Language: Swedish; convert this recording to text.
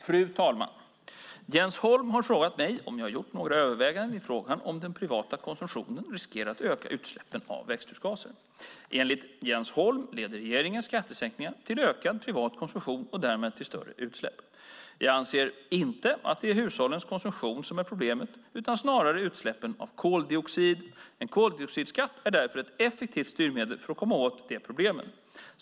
Fru talman! Jens Holm har frågat mig om jag har gjort några överväganden i frågan om att den privata konsumtionen riskerar att öka utsläppen av växthusgaser. Enligt Jens Holm leder regeringens skattesänkningar till ökad privat konsumtion och därmed till större utsläpp. Jag anser inte att det är hushållens konsumtion som är problemet utan snarare utsläppen av koldioxid. En koldioxidskatt är därför ett effektivt styrmedel för att komma åt de problemen.